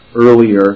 earlier